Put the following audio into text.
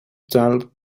talk